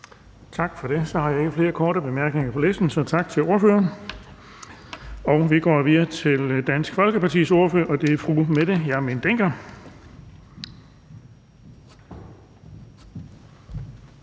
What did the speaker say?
Tak for det. Der er ikke flere med korte bemærkninger på listen, så tak til ordføreren. Vi går videre til Dansk Folkepartis ordfører, og det er fru Mette Hjermind Dencker.